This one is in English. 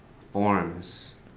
forms